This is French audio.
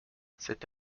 cet